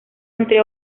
entre